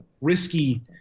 risky